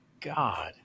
God